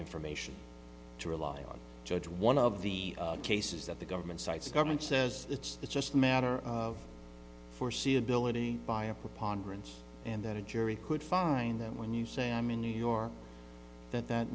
information to rely on judge one of the cases that the government cites government says it's just a matter of foreseeability by a preponderance and that a jury could find them when you say i'm in new york that that